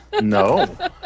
no